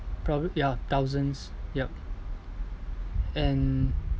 proba~ ya thousands yup and